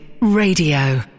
Radio